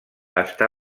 està